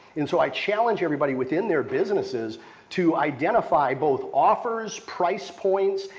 and so, i challenge everybody within their businesses to identify both offers, price points,